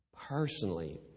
personally